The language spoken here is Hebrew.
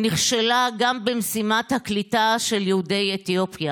נכשלה גם במשימת הקליטה של יהודי אתיופיה.